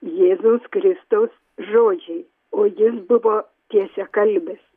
jėzaus kristaus žodžiai o jis buvo tiesiakalbis